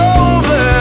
over